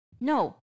no